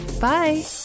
Bye